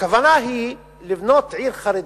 הכוונה היא לבנות עיר חרדית,